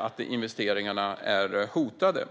att investeringarna är hotade.